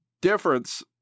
Difference